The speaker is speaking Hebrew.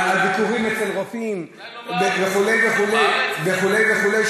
על ביקורים אצל רופאים וכו' וכו' בארץ?